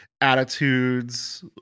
attitudes